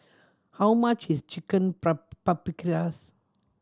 how much is Chicken Paprikas